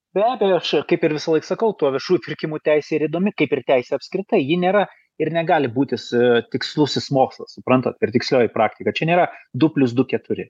be abejo aš ir kaip ir visąlaik sakau tuo viešųjų pirkimų teisė ir įdomi kaip ir teisė apskritai ji nėra ir negali būti su tikslusis mokslas suprantat ir tikslioji praktika čia nėra du plius du keturi